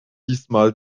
diesmal